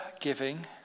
giving